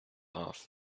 off